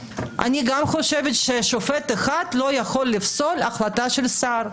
אני גם חושבת ששופט אחד לא יכול לפסול החלטה של שר,